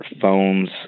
phones